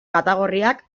katagorriak